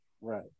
right